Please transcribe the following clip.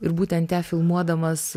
ir būtent ją filmuodamas